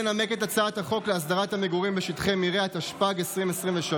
הצעת חוק להסדרת המגורים בשטחי מרעה, התשפ"ג 2023,